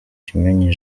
kimenyi